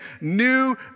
new